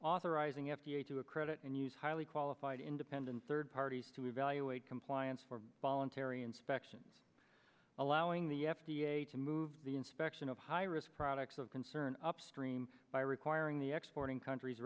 authorizing f d a to accredit and use highly qualified independent third parties to evaluate compliance for voluntary inspections allowing the f d a to move the inspection of high risk products of concern upstream by requiring the exploiting countries